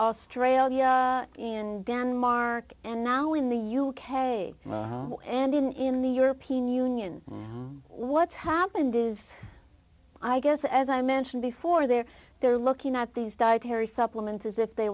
australia in denmark and now in the u k and in in the european union what's happened is i guess as i mentioned before they're they're looking at these dietary supplements as if they